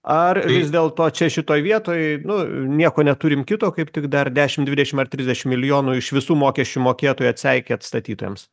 ar vis dėlto čia šitoj vietoj nu nieko neturim kito kaip tik dar dešim dvidešim ar trisdešim milijonų iš visų mokesčių mokėtojų atseikėt statytojams